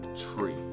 tree